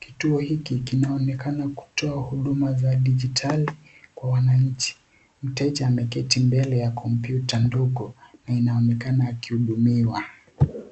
kituo hiki kinaonekana kutoa huduma za digitali kwa wananchi. Mteja ameketi mbele ya komputa ndogo na anaonekana kuhudumiwa.